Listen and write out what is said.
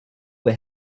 they